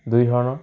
দুই ধৰণৰ